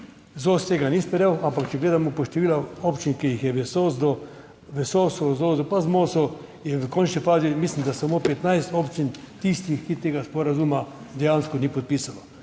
ZOS tega ni sprejel, ampak če gledamo po številu občin, ki jih je v ZSDU, v / nerazumljivo/ je v končni fazi, mislim, da samo 15 občin tistih, ki tega sporazuma dejansko ni podpisalo,